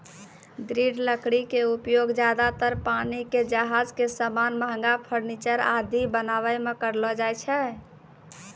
दृढ़ लकड़ी के उपयोग ज्यादातर पानी के जहाज के सामान, महंगा फर्नीचर आदि बनाय मॅ करलो जाय छै